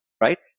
right